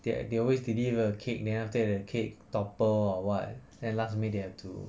they they always deliver the cake then after that the cake topple or [what] then last minute they have to